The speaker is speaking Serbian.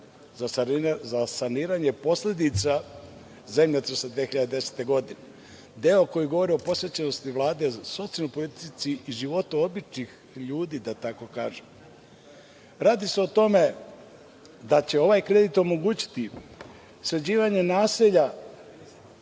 za saniranje posledica zemljotresa od 2010. godine, deo koji govori o posvećenosti Vlade socijalnoj politici i životu običnih ljudi, da tako kažem. Radi se o tome da će ovaj kredit omogućiti sređivanje naselja